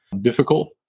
difficult